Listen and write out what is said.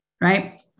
right